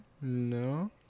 No